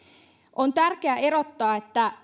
on tärkeää erottaa että